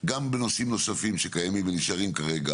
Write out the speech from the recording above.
גם בנושאים נוספים שקיימים ונשארים כרגע